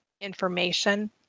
information